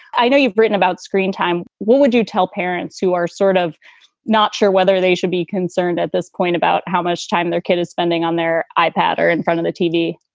i know you've written about screen time. what would you tell parents who are sort of not sure whether they should be concerned at this point about how much time their kid is spending on their i-pad or in front of the tv?